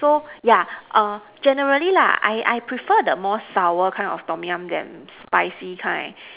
so yeah err generally lah I I prefer the more sour kind of Tom Yum than spicy kind